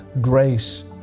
grace